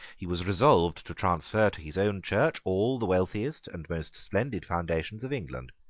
he was resolved to transfer to his own church all the wealthiest and most splendid foundations of england.